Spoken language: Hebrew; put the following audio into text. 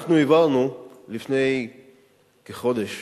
אנחנו העברנו לפני כחודש